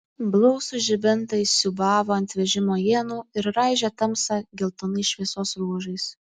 blausūs žibintai siūbavo ant vežimo ienų ir raižė tamsą geltonais šviesos ruožais